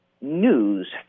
news